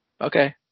Okay